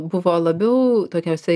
buvo labiau tokiose